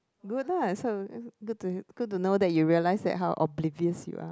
good lah so good to good to know that you realized that how oblivious you are